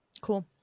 Cool